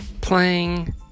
playing